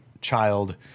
child